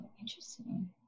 interesting